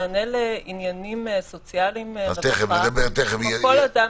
מענה למענים סוציאליים - כמו כל אדם